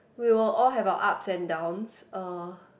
we will all have our ups and downs uh